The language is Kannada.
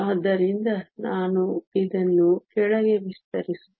ಆದ್ದರಿಂದ ನಾನು ಇದನ್ನು ಕೆಳಗೆ ವಿಸ್ತರಿಸುತ್ತೇನೆ